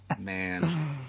man